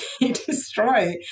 destroy